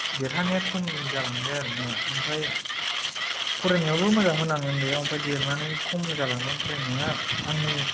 देरहानाया खम जालांबाय आरो ना ओमफ्राय फरायनायावबो मोजां मोन आं ओन्दैयाव ओमफ्राय देरनानै खम जालांदों फरायनाया आंनि